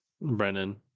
Brennan